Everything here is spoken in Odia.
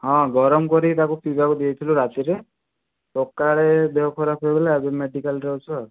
ହଁ ଗରମ କରିକି ତାକୁ ପିଇବାକୁ ଦେଇଥିଲୁ ରାତିରେ ସକାଳେ ଦେହ ଖରାପ ହେଇଗଲା ଆଜି ମେଡ଼ିକାଲରେ ଅଛୁ ଆଉ